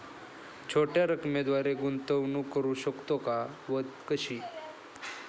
छोट्या रकमेद्वारे गुंतवणूक करू शकतो का व कशी?